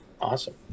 Awesome